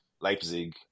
Leipzig